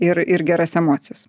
ir ir geras emocijas